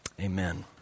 Amen